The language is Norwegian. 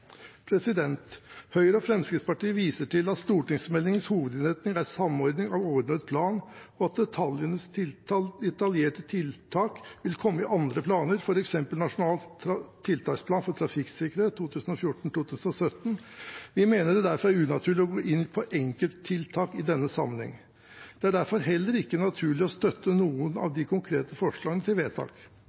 Høyre og Fremskrittspartiet viser til at stortingsmeldingens hovedinnretning er samordning på overordnet plan, og at detaljerte tiltak vil komme i andre planer som f.eks. Nasjonal tiltaksplan for trafikksikkerhet på veg 2014–2017. Vi mener det derfor er unaturlig å gå inn på enkelttiltak i denne sammenhengen. Det er derfor heller ikke naturlig å støtte noen av de konkrete forslagene.